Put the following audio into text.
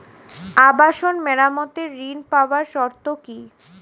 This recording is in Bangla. আবাসন মেরামতের ঋণ পাওয়ার শর্ত কি?